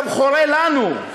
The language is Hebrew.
חורה גם לנו,